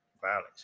violence